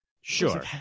Sure